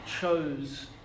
chose